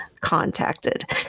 contacted